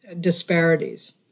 disparities